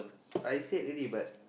I said already but